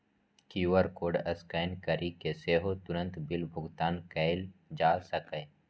QR code scan करि कें सेहो तुरंत बिल भुगतान कैल जा सकैए